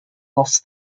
lost